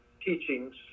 teachings